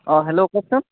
অঁ হেল্ল' কওকচোন